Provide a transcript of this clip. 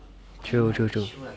true true true